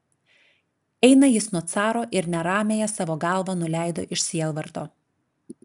eina jis nuo caro ir neramiąją savo galvą nuleido iš sielvarto